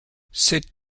set